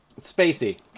spacey